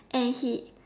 and he